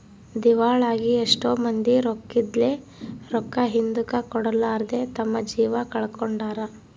ದಿವಾಳಾಗಿ ಎಷ್ಟೊ ಮಂದಿ ರೊಕ್ಕಿದ್ಲೆ, ರೊಕ್ಕ ಹಿಂದುಕ ಕೊಡರ್ಲಾದೆ ತಮ್ಮ ಜೀವ ಕಳಕೊಂಡಾರ